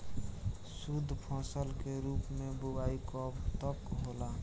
शुद्धफसल के रूप में बुआई कब तक होला?